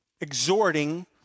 exhorting